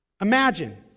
Imagine